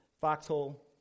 foxhole